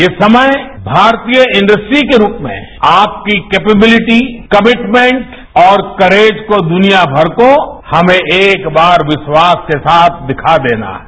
ये समय भारतीय इंड्स्ट्री के रूप में आपकी कैपेबिलिटी कमिटमेंट और करेज को दुनिया भर को हने एक बार विस्वास के साथ दिखा देना है